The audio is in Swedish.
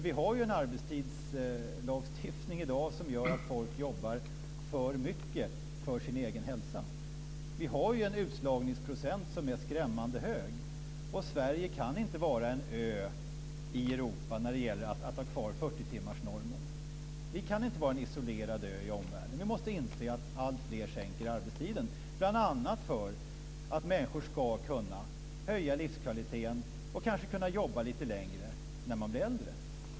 Vi har ju en arbetstidslagstiftning i dag som gör att folk jobbar för mycket för sin egen hälsa. Vi har en utslagningsprocent som är skrämmande hög, och Sverige kan inte vara en ö i Europa när det gäller att ha kvar 40-timmarsnormen. Vi kan inte vara en isolerad ö i omvärlden. Vi måste inse att alltfler sänker arbetstiden, bl.a. för att människor ska kunna höja livskvaliteten och kanske kunna jobba lite längre när man blir äldre.